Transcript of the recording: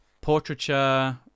portraiture